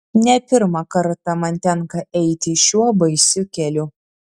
ne pirmą kartą man tenka eiti šiuo baisiu keliu